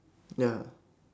ya